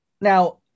Now